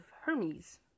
Hermes